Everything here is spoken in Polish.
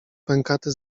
pękaty